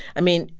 i mean,